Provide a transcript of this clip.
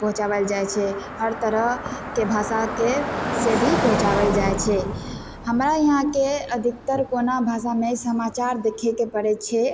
पहुँचावल जाइ छै हर तरहके भाषाके से भी पहुँचावल जाइ छै हमरा यहाँके अधिकतर कोना भाषामे समाचार देखयके पड़य छै